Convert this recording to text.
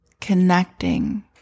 Connecting